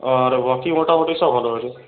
আর বাকি মোটামুটি সব ভালো হয়েছে